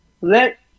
let